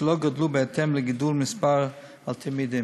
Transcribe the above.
לא גדלו בהתאם לגידול במספר התלמידים,